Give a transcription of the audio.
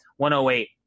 108